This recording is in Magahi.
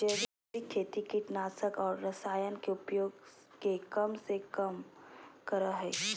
जैविक खेती कीटनाशक और रसायन के उपयोग के कम से कम करय हइ